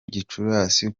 gicurasi